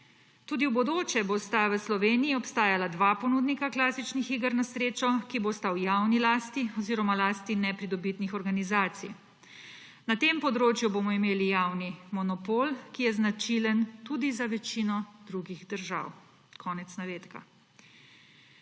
»Tudi v bodoče bosta v Sloveniji obstajala dva ponudnika klasičnih iger na srečo, ki bosta v javni lasti oziroma lasti nepridobitnih organizacij. Na tem področju bomo imeli javni monopol, ki je značilen tudi za večino drugih držav.« Konec navedka.